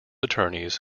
attorneys